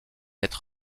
être